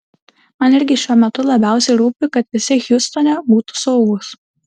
man irgi šiuo metu labiausiai rūpi kad visi hjustone būtų saugūs